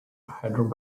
had